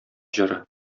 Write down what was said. җыры